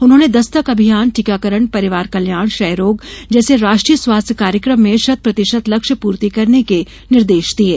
उन्होंने दस्तक अभियान टीकाकरण परिवार कल्याण क्षय रोग जैसे राष्ट्रीय स्वास्थ्य कार्यक्रम में शत्प्रतिशत लक्ष्य पूर्ती करने के निर्देश दिये